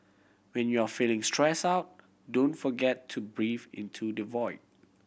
when you are feeling stress out don't forget to breathe into the void